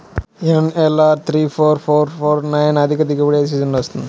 NLR three four four four nine అధిక దిగుబడి ఏ సీజన్లలో వస్తుంది?